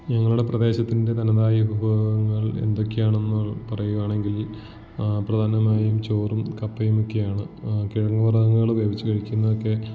ഞങ്ങളുടെ പ്രദേശത്തിൻ്റെ തനതായ വിഭവങ്ങൾ എന്തൊക്കെയാണെന്ന് പറയുകയാണെങ്കിൽ പ്രധാനമായും ചോറും കപ്പയുമൊക്കെയാണ് കിഴങ്ങുവർഗ്ഗങ്ങൾ വേവിച്ചു കഴിക്കുന്നതൊക്കെ